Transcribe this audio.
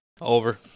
Over